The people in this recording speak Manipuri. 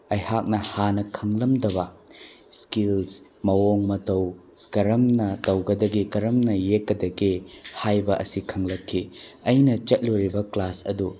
ꯑꯩꯍꯥꯛꯅ ꯍꯥꯟꯅ ꯈꯪꯂꯝꯗꯕ ꯏꯁꯀꯤꯜ ꯃꯑꯣꯡ ꯃꯇꯧ ꯃꯔꯝꯅ ꯇꯧꯒꯗꯒꯦ ꯀꯔꯝꯅ ꯌꯦꯛꯀꯗꯒꯦ ꯍꯥꯏꯕ ꯑꯁꯤ ꯈꯪꯂꯛꯈꯤ ꯑꯩꯅ ꯆꯠꯂꯨꯔꯤꯕ ꯀꯂꯥꯁ ꯑꯗꯨ